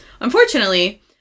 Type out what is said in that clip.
Unfortunately